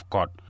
God